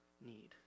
need